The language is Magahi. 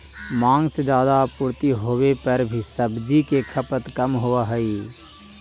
माँग से ज्यादा आपूर्ति होवे पर भी सब्जि के खपत कम होवऽ हइ